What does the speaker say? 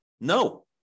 No